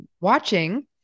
watching